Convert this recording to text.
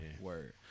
Word